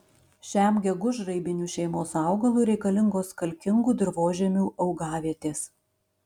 šiam gegužraibinių šeimos augalui reikalingos kalkingų dirvožemių augavietės